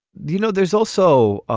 you know, there's also ah